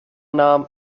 nahm